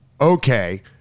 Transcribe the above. okay